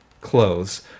clothes